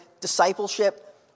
discipleship